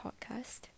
podcast